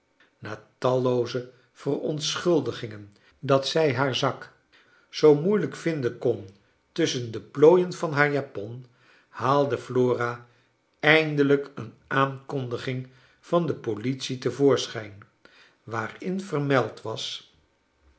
na tallooze verontschuldigingen dat zij haar zak zoo moeilijk vindeu kon tusschen de plooien van haar japon haalde flora eindelijk een aankondiging van de politie te voorscjiijn waarin vermeld was